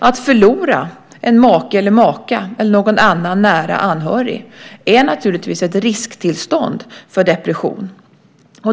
Att förlora en make eller maka eller någon annan nära anhörig är naturligtvis ett risktillstånd för depression.